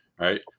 right